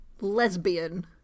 lesbian